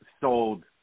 sold